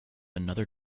another